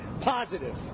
positive